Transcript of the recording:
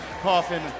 coffin